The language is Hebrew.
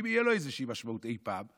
אם תהיה לו איזו משמעות אי פעם,